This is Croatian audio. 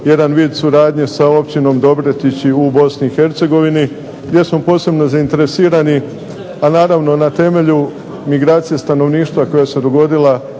jedan vid suradnje sa Općinom Dobretići u BiH, gdje smo posebno zainteresirani, a naravno na temelju migracije stanovništva koja se dogodila